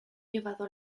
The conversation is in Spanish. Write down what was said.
llevado